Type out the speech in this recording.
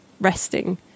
resting